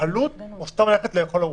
התקהלות או סתם ללכת לאכול ארוחה.